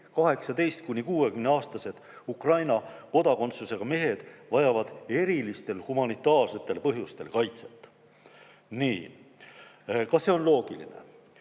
18–60‑aastased Ukraina kodakondsusega mehed vajavad erilistel humanitaarsetel põhjustel kaitset. Nii. Kas see on loogiline?